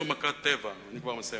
אדוני, אני כבר מסיים.